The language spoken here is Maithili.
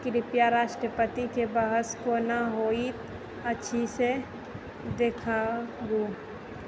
कृपया राष्ट्रपतिके बहस कोना होइत अछि से देखाबू